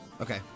okay